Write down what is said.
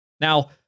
Now